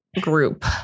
group